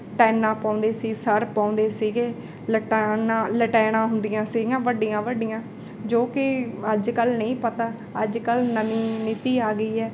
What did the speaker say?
ਟੈਨਾਂ ਪਾਉਂਦੇ ਸੀ ਸਰ ਪਾਉਂਦੇ ਸੀਗੇ ਲਟਾਨਾ ਲਟੈਣਾਂ ਹੁੰਦੀਆਂ ਸੀਗੀਆਂ ਵੱਡੀਆਂ ਵੱਡੀਆਂ ਜੋ ਕਿ ਅੱਜ ਕੱਲ੍ਹ ਨਹੀਂ ਪਤਾ ਅੱਜ ਕੱਲ੍ਹ ਨਵੀਂ ਨੀਤੀ ਆ ਗਈ ਹੈ